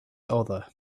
other